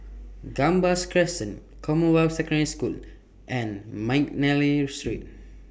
Gambas Crescent Commonwealth Secondary School and Mcnally Street